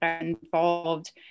involved